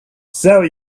sell